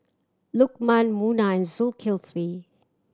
Lukman Munah Zulkifli